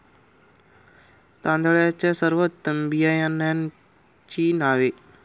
तांदळाच्या सर्वोत्तम बियाण्यांची नावे?